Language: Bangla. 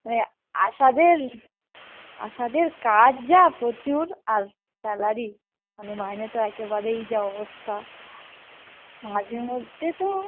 মানে আশাদের আশাদের কাজ যা প্রচুর আর স্যালারি মানে মাইনে তো একেবারেই যা অবস্থা মাঝে মধ্যে তো